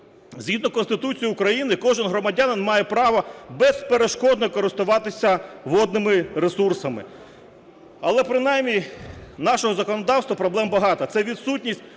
Згідно Конституції України кожен громадянин має право безперешкодно користуватися водними ресурсами. Але принаймні в нашому законодавстві проблем багато: